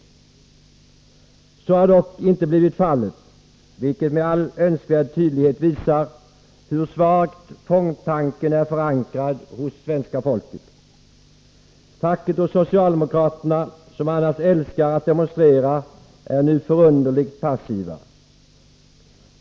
Så har dock inte blivit fallet, vilket med all önskvärd tydlighet visar hur svagt fondtanken är förankrad hos svenska folket. Facket och socialdemokraterna, som annars älskar att demonstrera, är nu förunderligt passiva.